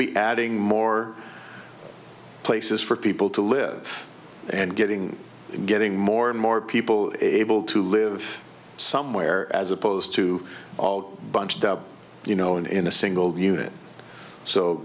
be adding more places for people to live and getting in getting more and more people able to live somewhere as opposed to all bunched up you know in in a single unit so